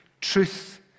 truth